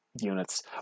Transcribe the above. units